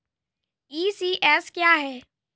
ECS क्या है?